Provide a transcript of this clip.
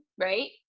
right